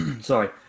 Sorry